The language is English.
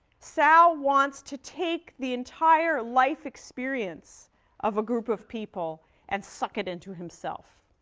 sal wants to take the entire life experience of a group of people and suck it into himself.